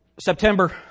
September